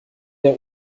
der